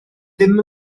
ddim